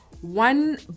one